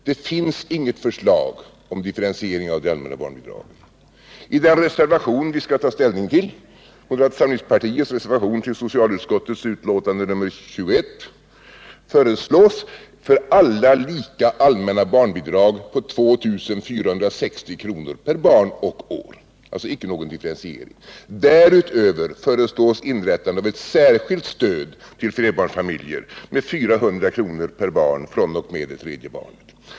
Det finns inget förslag om en sådan differentiering. I den moderata samlingspartiets reservation till socialutskottets betänkande nr 21 som vi nu skall ta ställning till föreslås ett för alla lika stort allmänt barnbidrag på 2 460 kr. per barn och år — alltså icke någon differentiering. Därutöver föreslås inrättandet av ett särskilt stöd till flerbarnsfamiljer med 400 kr. per barn fr.o.m. det tredje barnet.